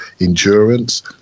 endurance